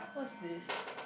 what's this